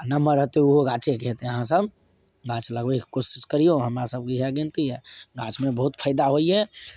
आ नमहर होयतै ओहो गाछे कहेतै अहाँ सब गाछ लगबैके कोशिश करियौ हमरा सबके इएह बिनती यै गाछमे बहुत फायदा होइए